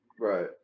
Right